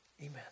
Amen